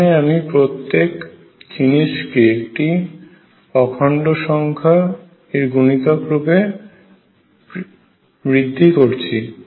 এখানে আমি প্রত্যেক জিনিসকে একটি অখণ্ড সংখ্যা এর গুণিতক রূপে বৃদ্ধি করছি